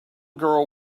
girl